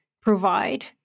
provide